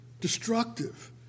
destructive